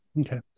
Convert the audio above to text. Okay